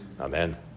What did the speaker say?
amen